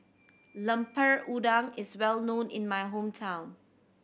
Lemper Udang is well known in my hometown